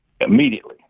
immediately